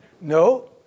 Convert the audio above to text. no